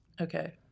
okay